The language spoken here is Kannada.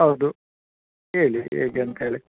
ಹೌದು ಹೇಳಿ ಹೇಗಂತೇಳಿ